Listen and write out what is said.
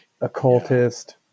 occultist